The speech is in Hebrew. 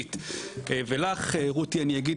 נכון זה נכון,